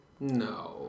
no